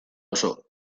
oso